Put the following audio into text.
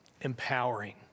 empowering